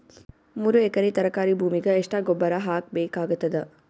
ಮೂರು ಎಕರಿ ತರಕಾರಿ ಭೂಮಿಗ ಎಷ್ಟ ಗೊಬ್ಬರ ಹಾಕ್ ಬೇಕಾಗತದ?